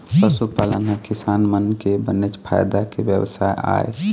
पशुपालन ह किसान मन के बनेच फायदा के बेवसाय आय